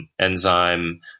Enzyme